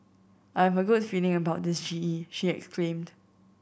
I have a good feeling about this G E she exclaimed